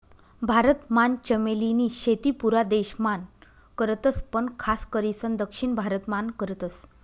भारत मान चमेली नी शेती पुरा देश मान करतस पण खास करीसन दक्षिण भारत मान करतस